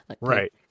Right